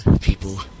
people